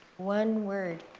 one word.